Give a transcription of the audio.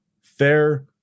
fair